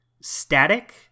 static